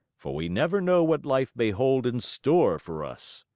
for we never know what life may hold in store for us!